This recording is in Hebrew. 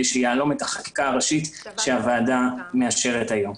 שיהלום את החקיקה הראשית שהוועדה מאשרת היום.